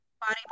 Body